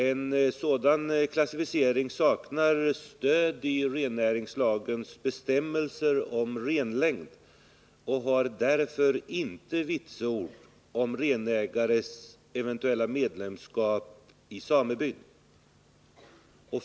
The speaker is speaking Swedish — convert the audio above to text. En sådan klassificering saknar dock stöd i rennäringslagens bestämmelser om renlängd och har därför inte vitsord om renägares eventuella medlemskap i sameby.